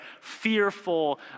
fearful